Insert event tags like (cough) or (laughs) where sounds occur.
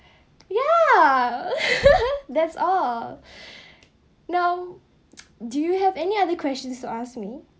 ya (laughs) that's all now (noise) do you have any other questions to ask me